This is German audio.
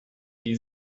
die